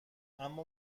اما